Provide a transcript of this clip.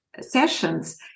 sessions